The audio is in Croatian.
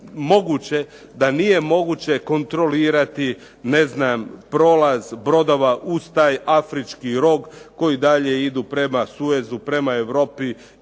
da nije moguće kontrolirati ne znam prolaz brodova uz taj afrički rog koji dalje idu prema Suezu, prema Europi